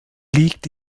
liegt